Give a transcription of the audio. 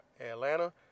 Atlanta